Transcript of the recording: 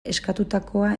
eskatutakoa